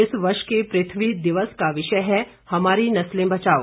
इस वर्ष के पृथ्वी दिवस का विषय है हमारी नस्लें बचाओ